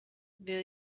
wil